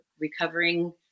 recovering